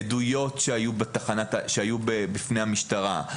עדויות שהיו בפני המשטרה,